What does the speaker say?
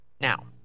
now